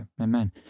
Amen